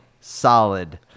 solid